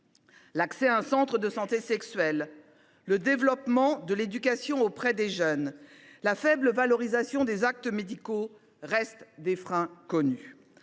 L’accès à un centre de santé sexuelle, le développement de l’éducation auprès des jeunes, la faible valorisation des actes médicaux restent des freins connus.